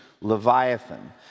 Leviathan